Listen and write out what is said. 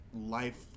Life